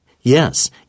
Yes